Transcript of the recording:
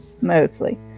Mostly